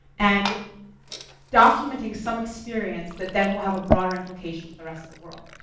and documenting some experience that then will have a broader implication to the rest of the world.